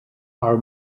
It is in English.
our